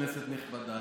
כנסת נכבדה,